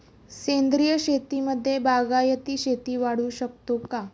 सेंद्रिय शेतीमध्ये बागायती शेती वाढवू शकतो का?